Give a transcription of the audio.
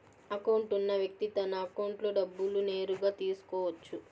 account ఉన్న వ్యక్తి తన అకౌంట్లో డబ్బులు నేరుగా తీసుకోవచ్చు